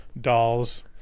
dolls